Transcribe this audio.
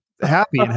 happy